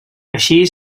així